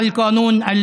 לכל המאומתים.